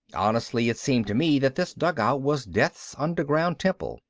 honestly it seemed to me that this dugout was death's underground temple,